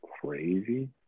crazy